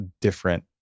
different